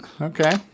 Okay